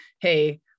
Hey